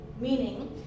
Meaning